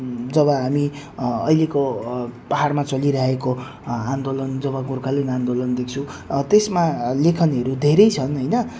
जब हामी अहिलेको पाहाडमा चलिरहेको आन्दोलन जब गोर्खाल्यान्ड आन्दोलन देख्छु त्यसमा लेखनहरू धेरै छन् होइन